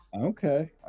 Okay